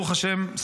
ברוך השם,